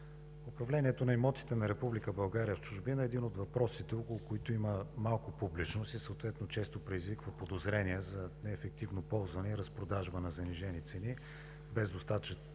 Управлението на имотите на Република България в чужбина е един от въпросите, около които има малко публичност, и съответно често предизвиква подозрения за неефективно ползване и разпродажба на занижени цени без достатъчен